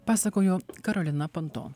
pasakojo karolina panto